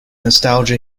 nostalgia